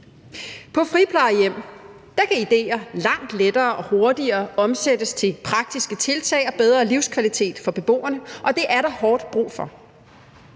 På friplejehjem kan idéer langt lettere og hurtigere omsættes til praktiske tiltag og bedre livskvalitet for beboerne, og det er der hårdt brug for.